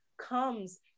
comes